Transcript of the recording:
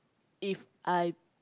If I